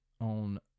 on